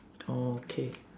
oh okay